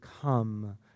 come